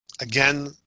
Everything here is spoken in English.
Again